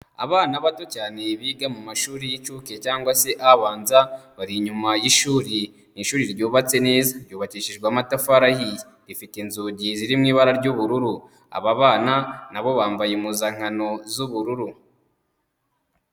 Abana bato cyane biga mu mashuri y'inshuke cyangwa se abanza, bari inyuma y'ishuri, ni ishuri ryubatse neza; ryubakishijwe amatafari ahiye, rifite inzugi ziri mu ibara ry'ubururu, aba bana na bo bambaye impuzankano z'ubururu.